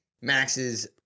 Max's